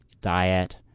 diet